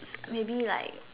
maybe like